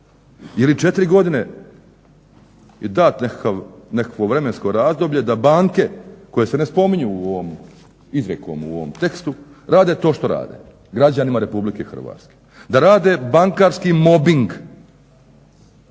Jeli 4 godine i dat nekakvo vremensko razdoblje da banke koje se ne spominju izrijekom u ovom tekstu rade to što rade građanima RH, da rade bankarski mobing.